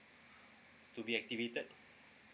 to be activated